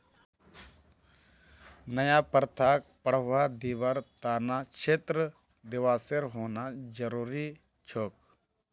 नया प्रथाक बढ़वा दीबार त न क्षेत्र दिवसेर होना जरूरी छोक